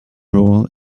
rule